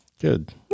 Good